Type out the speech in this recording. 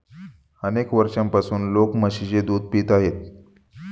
अनेक वर्षांपासून लोक म्हशीचे दूध पित आहेत